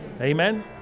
Amen